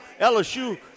LSU